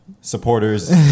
supporters